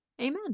Amen